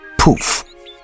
poof